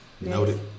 Noted